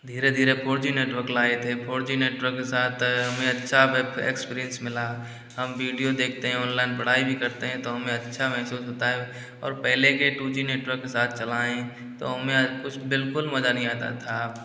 धीरे धीरे four G network लाए थे जी नेटवर्क के साथ हमें अच्छा एक्सपीरियन्स मिला हम विडिओ देखते है ऑनलाइन पढ़ाई भी करते हैं तो हमें अच्छा महसूस होता है और पहले के टू जी नेटवर्क के साथ चलाएँ तो हमें कुछ बिल्कुल मज़ा नहीं आता था